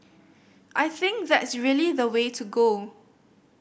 I think that's really the way to go